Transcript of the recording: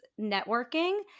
networking